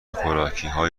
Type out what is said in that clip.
خوراکیهای